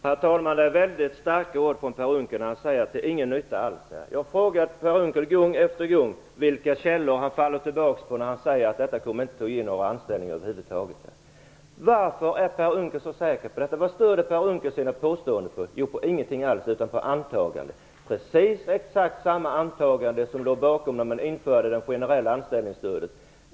Herr talman! Per Unckel använder mycket starka ord när han säger att detta inte blir till någon nytta alls. Jag har gång på gång frågat Per Unckel vilka källor han stöder sig på när han säger att detta över huvud taget inte kommer att ge några anställningar. Hur kan Per Unckel vara så säker på det och vad stöder han sina påståenden på? Inte på någonting, utan detta är ett antagande, precis exakt samma antagande som när man införde det generella anställningsstödet.